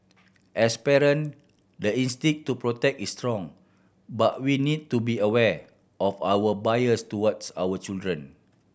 as parent the instinct to protect is strong but we need to be aware of our biases towards our children